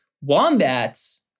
Wombats